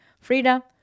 Frida